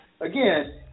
Again